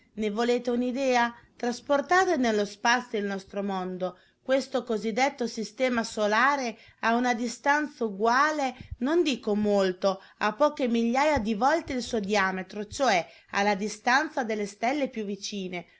ne volete un'idea trasportate nello spazio il nostro mondo questo così detto sistema solare a una distanza uguale non dico molto a poche migliaja di volte il suo diametro cioè alla distanza delle stelle più vicine